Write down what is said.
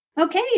Okay